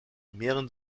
mehren